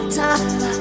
time